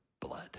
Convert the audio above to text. blood